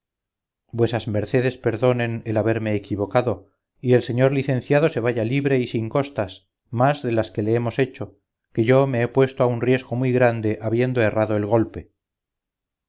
vuesas mercedes perdonen el haberme equivocado y el señor licenciado se vaya libre y sin costas más de las que le hemos hecho que yo me he puesto a un riesgo muy grande habiendo errado el golpe